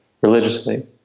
religiously